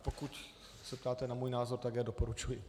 Pokud se ptáte na můj názor, tak já doporučuji.